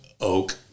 oak